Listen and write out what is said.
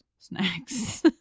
Snacks